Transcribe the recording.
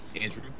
Andrew